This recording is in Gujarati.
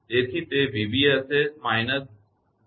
તેથી તે 𝑣𝑏 હશે −𝑍𝑐𝑖𝑏